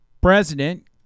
president